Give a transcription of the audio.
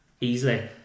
easily